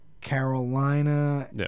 Carolina